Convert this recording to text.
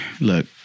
Look